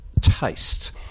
taste